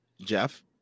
Jeff